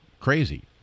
crazy